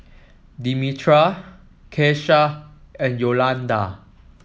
Demetra Kesha and Yolanda